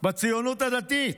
בציונות הדתית,